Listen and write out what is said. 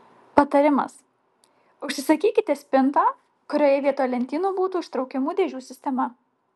patarimas užsisakykite spintą kurioje vietoj lentynų būtų ištraukiamų dėžių sistema